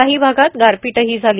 काही भागात गारपीटही झाली